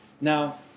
Now